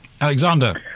Alexander